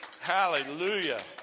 Hallelujah